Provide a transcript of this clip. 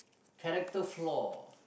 character flaw